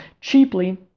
cheaply